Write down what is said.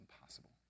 impossible